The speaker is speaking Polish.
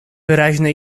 wyraźne